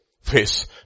face